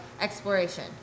Exploration